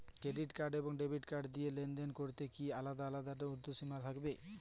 Credit card এবং debit card দিয়ে লেনদেন করলে কি আলাদা আলাদা ঊর্ধ্বসীমা থাকবে?